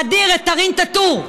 להאדיר את דארין טאטור,